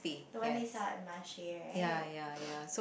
the one they sell at Marche right